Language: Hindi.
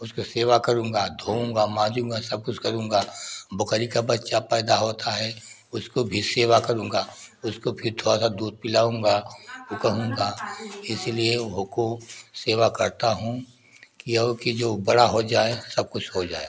उसका सेवा करूँगा धोऊँगा माजुंगा सब कुछ करूँगा बकरी का बच्चा पैदा होता है उसको भी सेवा करूँगा उसको फिर थोड़ा सा दूध पिलाऊँगा तो कहूंगा इसलिए वह को सेवा करता हूँ कि यही कि जो बड़ा हो जाए सब कुछ हो जाए